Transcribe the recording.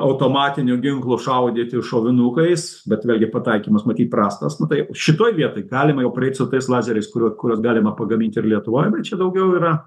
automatiniu ginklu šaudyti šovinukais bet vėlgi pataikymas matyt prastas tai šitoj vietoj galima jau praeit su tais lazeriais kurių kuriuos galima pagamint ir lietuvoj bet čia daugiau yra